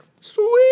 Sweet